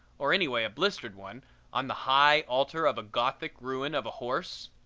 or anyway a blistered one on the high altar of a gothic ruin of a horse.